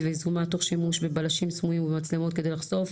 ויזומה תוך שימוש בבלשים סמויים ובמצלמות כדי לחשוף.